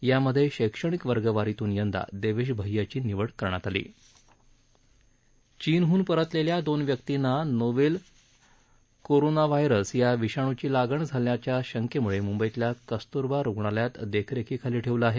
यामधे शैक्षणिक वर्गवारीतुन यंदा देवेश भैयाची निवड करण्यात आली चीनडून परतलेल्या दोन व्यक्तींना नोवेल कोरोनाव्हायरस या विषाणूची लागण झाल्याच्या शंकेमुळे मुंबईतल्या कस्तूरबा रुणालयात देखरेखीखाली ठेवलं आहे